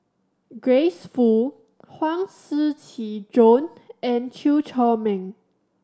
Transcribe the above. Grace Fu Huang Shiqi Joan and Chew Chor Meng